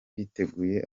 biteguye